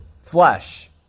flesh